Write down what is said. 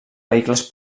vehicles